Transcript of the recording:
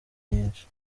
nyinshi